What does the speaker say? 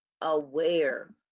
aware